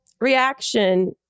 reaction